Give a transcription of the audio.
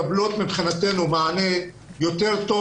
אוכלוסיות רגישות מקבלות מבחינתנו מענה יותר טוב